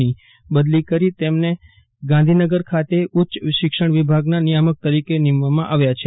ની બદલી કરી તેમને ગાંધીનગર ખાતે ઉચ્ચ શિક્ષણ વિભાગના નિયામક તરીકે નિમવામા આવ્યા છે